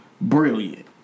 Brilliant